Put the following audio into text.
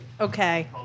Okay